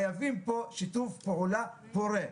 חייבים פה שיתוף פעולה פורה.